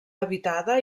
habitada